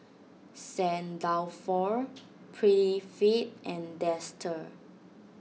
Saint Dalfour Prettyfit and Dester